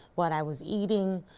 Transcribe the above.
what i was eating,